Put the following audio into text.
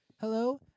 Hello